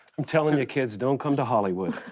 i'm telling you, kids, don't come to hollywood,